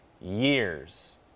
years